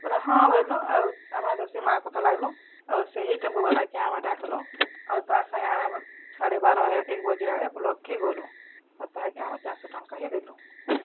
ବୋଲେ ହଁ ବୋଇଲୁଁ ଆଉ ଆମେ ବେଶୀ ମା କଥା ଲାଗଲୁଁ ଆଉ ସେହି ଟେମ୍ପୋ ଵାଲାକେ ଆମେ ଡ଼ାକ୍ ଲୁଁ ଅର୍ ତାର୍ ସାଙ୍ଗେ ଆମେ ସାଢ଼େବାର ଏକ୍ ବଜେ ବ୍ଲକ୍ କେ ଗଲୁଁ ଆର୍ ତାହେକେ ଆମେ ଚାର୍ ଶ ଟଙ୍କା ହିଁ ଦେଲୁ